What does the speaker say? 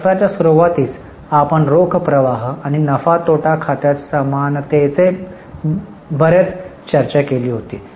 सत्राच्या सुरूवातीस आपण रोख प्रवाह आणि नफा तोटा खात्यात समानतेचे बरेच चर्चा केली होती